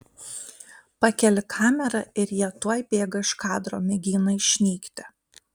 pakeli kamerą ir jie tuoj bėga iš kadro mėgina išnykti